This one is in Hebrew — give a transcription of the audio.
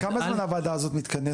כל כמה זמן הוועדה הזאת מתכנסת?